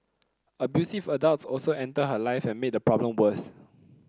abusive adults also entered her life and made the problem worse